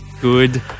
Good